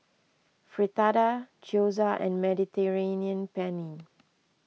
Fritada Gyoza and Mediterranean Penne